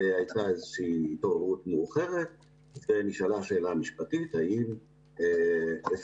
הייתה איזושהי התעוררות מאוחרת ונשאלה השאלה המשפטית האם אפשר